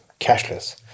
cashless